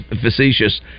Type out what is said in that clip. facetious